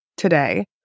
today